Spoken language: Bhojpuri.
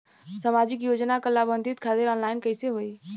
सामाजिक योजना क लाभान्वित खातिर ऑनलाइन कईसे होई?